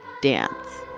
dance